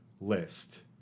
list